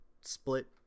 split